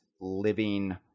living